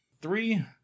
Three